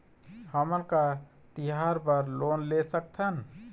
हमन का तिहार बर लोन ले सकथन?